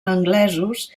anglesos